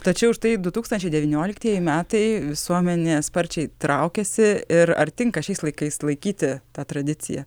tačiau štai du tūkstančiai devynioliktieji metai visuomenė sparčiai traukiasi ir ar tinka šiais laikais laikyti tą tradiciją